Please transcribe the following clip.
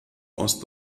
ost